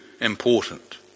important